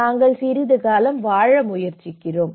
நாங்கள் சிறிது காலம் வாழ முயற்சிக்கிறோம்